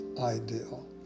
ideal